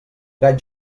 gat